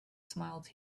smiled